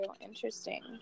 Interesting